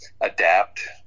adapt